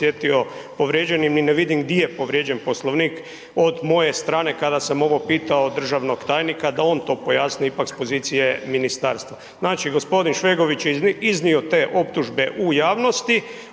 povrijeđen Poslovnik od moje strane kada sam ovo pitao državnog tajnika da on to pojasni ipak s pozicije ministarstva. Znači, g. Švegović je iznio te optužbe u javnosti,